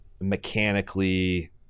mechanically